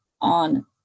on